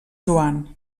joan